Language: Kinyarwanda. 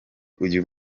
uyu